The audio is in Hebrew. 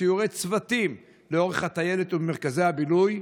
סיורי צוותים לאורך הטיילת ובמרכזי הבילוי,